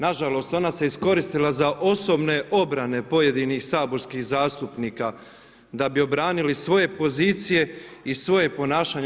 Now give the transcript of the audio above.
Na žalost ona se iskoristila za osobne obrane pojedinih saborskih zastupnika da bi obranili svoje pozicije i svoje ponašanje.